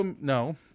No